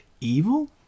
evil